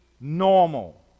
normal